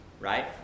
right